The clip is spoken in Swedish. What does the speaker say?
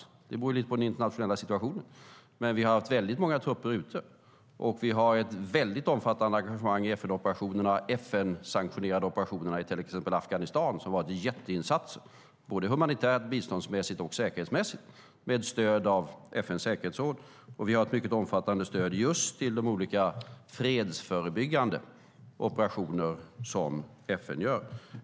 Detta beror lite grann på den internationella situationen. Men vi har haft många trupper ute, och vi har ett mycket omfattande engagemang i de FN-sanktionerade operationerna i till exempel Afghanistan. Det har varit jätteinsatser humanitärt, biståndsmässigt och säkerhetsmässigt med stöd av FN:s säkerhetsråd. Vi har ett mycket omfattande stöd just till de olika fredsförebyggande operationer som FN gör.